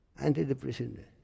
Anti-depression